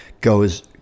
goes